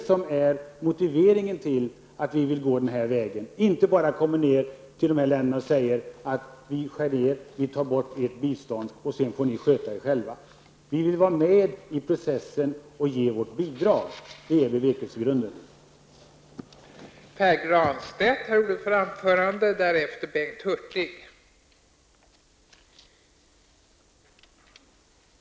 Det är motiveringen till att vi vill gå den här vägen. Det går alltså inte att bara åka ned till de här länderna och säga att vi skär ned på eller tar bort biståndet och att man sedan får sköta sig själv. Vi vill vara med i processen och ge vårt bidrag. Det är bevekelsegrunden för vårt agerande i det här sammanhanget.